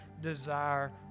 desire